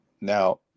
now